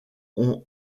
ont